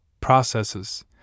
processes